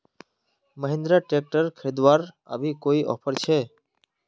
Mahindra tractor खरीदवार अभी कोई ऑफर छे?